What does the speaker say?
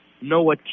Noah